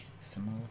similar